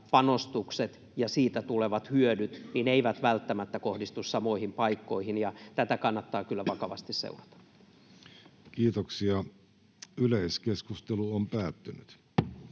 panostukset ja siitä tulevat hyödyt eivät välttämättä kohdistu samoihin paikkoihin, ja tätä kannattaa kyllä vakavasti seurata. [Speech 11] Speaker: Jussi